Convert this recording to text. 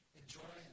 enjoy